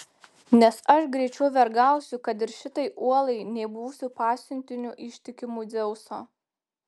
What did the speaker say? nes aš greičiau vergausiu kad ir šitai uolai nei būsiu pasiuntiniu ištikimu dzeuso